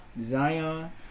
Zion